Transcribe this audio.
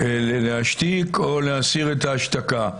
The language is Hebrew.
להשתיק או להסיר את ההשתקה.